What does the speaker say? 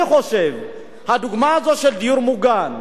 אני חושב, הדוגמה הזו של דיור מוגן,